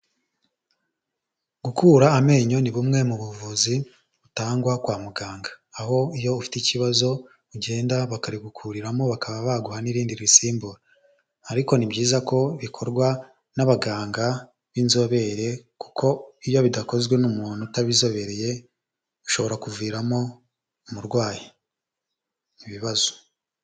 Gukura amenyo ni bumwe mu buvuzi butangwa kwa muganga, aho iyo ufite ikibazo ugenda bakarigukuriramo bakaba baguha n'irindi ririsimbura ariko ni byiza ko bikorwa n'abaganga b'inzobere kuko iyo bidakozwe n'umuntu utabizobereye bishobora kuviramo umurwayi ibibazo.